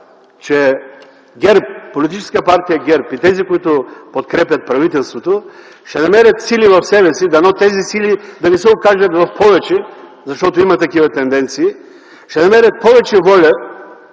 че политическа партия ГЕРБ и тези, които подкрепят правителството, ще намерят сили в себе си, дано тези сили да не се окажат в повече, защото има такива тенденции, ще намерят повече воля